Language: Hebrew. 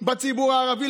בציבור הערבי.